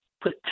put